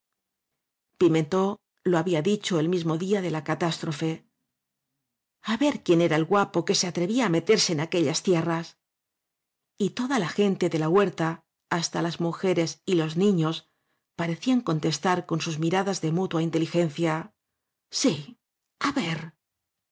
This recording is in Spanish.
pimentó lo había dicho el mismo día de la catástrofe a ver quién era el guapo que se atrevía á meterse en aquellas tierras y toda la gente de la huerta hasta las mujeres y los niños parecían contestar con sus miradas de mutua inteligencia sí á ver